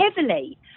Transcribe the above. heavily